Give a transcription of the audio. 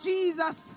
Jesus